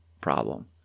problem